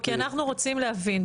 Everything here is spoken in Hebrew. כי אנחנו רוצים להבין,